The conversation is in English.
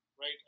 right